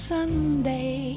Sunday